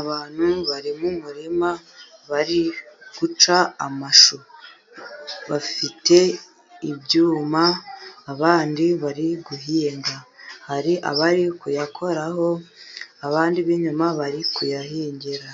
Abantu bari mu muririma bari guca amashu, bafite ibyuma abandi bari guhinga, hari abari kuyakoraho abandi b'inyuma bari kuyahingira ,